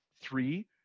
Three